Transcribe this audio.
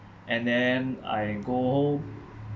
and then I go home